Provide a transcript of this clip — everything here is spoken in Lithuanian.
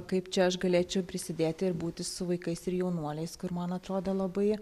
kaip čia aš galėčiau prisidėti ir būti su vaikais ir jaunuoliais kur man atrodė labai